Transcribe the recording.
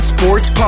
Sports